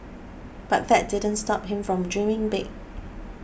but that didn't stop him from dreaming big